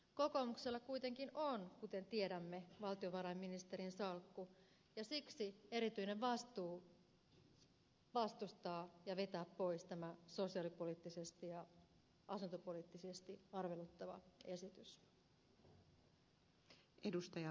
kokoomuksella kuitenkin on kuten tiedämme valtiovarainministerin salkku ja siksi erityinen vastuu vastustaa ja vetää pois tämä sosiaalipoliittisesti ja asuntopoliittisesti arveluttava esitys